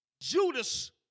Judas